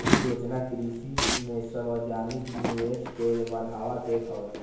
इ योजना कृषि में सार्वजानिक निवेश के बढ़ावा देत हवे